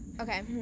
Okay